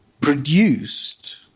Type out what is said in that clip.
produced